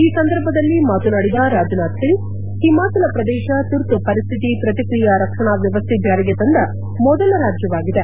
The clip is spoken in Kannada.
ಈ ಸಂದರ್ಭದಲ್ಲಿ ಮಾತನಾಡಿದ ರಾಜನಾಥ್ ಸಿಂಗ್ ಹಿಮಾಚಲ ಪ್ರದೇಶ ತುರ್ತು ಪರಿಸ್ಕಿತಿ ಪ್ರತಿಕ್ರಿಯಾ ರಕ್ಷಣಾ ವ್ಯವಸ್ಥೆ ಜಾರಿಗೆ ತಂದ ಮೊದಲ ರಾಜ್ಯವಾಗಿದೆ